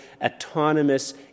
autonomous